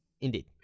Indeed